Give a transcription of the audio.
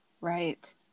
right